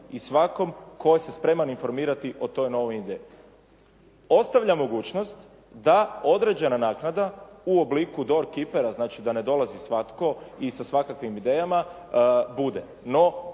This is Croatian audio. i svakome tko se spreman informirati o toj novoj ideji. Ostavlja mogućnost da određena naknada u obliku door kippera znači da ne dolazi svatko i sa svakakvim idejama bude.